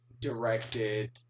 directed